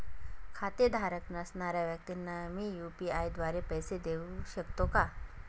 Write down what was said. खातेधारक नसणाऱ्या व्यक्तींना मी यू.पी.आय द्वारे पैसे देऊ शकतो का?